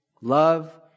Love